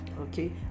Okay